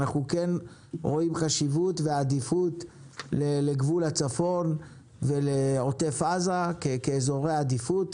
אנחנו כן רואים חשיבות ועדיפות לגבול הצפון ולעוטף עזה כאזורי עדיפות,